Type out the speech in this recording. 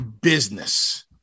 business